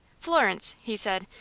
florence, he said,